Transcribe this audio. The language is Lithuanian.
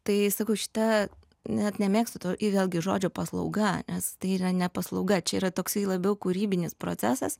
tai sakau šita net nemėgstu to vėlgi žodžio paslauga nes tai yra ne paslauga čia yra toksai labiau kūrybinis procesas